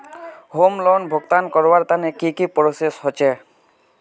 Home loan भुगतान करवार तने की की प्रोसेस होचे?